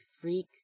freak